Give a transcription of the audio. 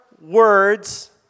words